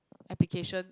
application